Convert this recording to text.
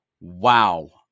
wow